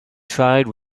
tried